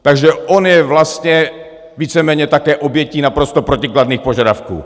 Takže on je vlastně víceméně také obětí naprosto protikladných požadavků.